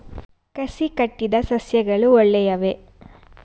ಕಸಿ ಕಟ್ಟಿದ ಸಸ್ಯಗಳು ಒಳ್ಳೆಯವೇ?